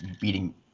beating